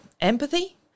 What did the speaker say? empathy